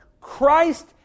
Christ